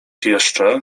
jeszcze